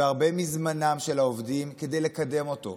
והרבה מזמנם של העובדים כדי לקדם אותו,